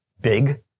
Big